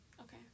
Okay